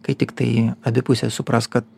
kai tiktai abi pusės supras kad